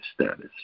status